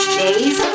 days